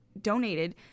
donated